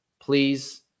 please